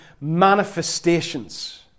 manifestations